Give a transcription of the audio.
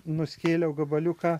nuskėliau gabaliuką